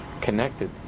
connected